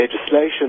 legislation